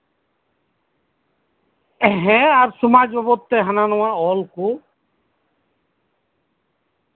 ᱦᱮᱸ ᱟᱨ ᱥᱚᱢᱟᱡ ᱵᱟᱵᱚᱫ ᱛᱮ ᱦᱟᱱᱟ ᱱᱟᱣᱟ ᱚᱞ ᱠᱚ